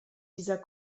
dieser